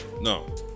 No